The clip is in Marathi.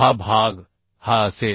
हा भाग हा असेल